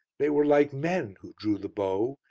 they were like men who drew the bow,